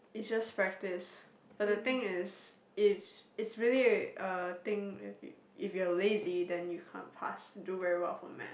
it's just practice but the thing is it's it's really a a thing if you if you are lazy then you can't pass do very well for math